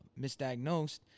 misdiagnosed